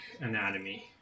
anatomy